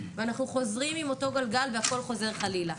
ואנחנו חוזרים עם אותו גלגל והכל חוזר חלילה.